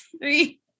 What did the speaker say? three